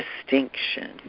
distinction